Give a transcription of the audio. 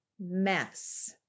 mess